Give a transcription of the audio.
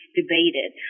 debated